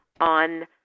on